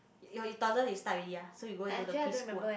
your you toddler you start already ah so you go into the preschool ah